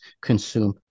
consume